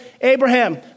Abraham